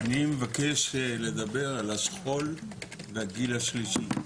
אני מבקש לדבר על השכול בגיל השלישי.